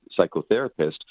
psychotherapist